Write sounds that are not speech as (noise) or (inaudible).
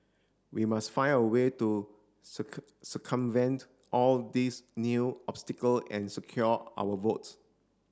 we must find a way to (unintelligible) circumvent all these new obstacle and secure our votes